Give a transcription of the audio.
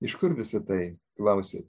iš kur visa tai klausė